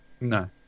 No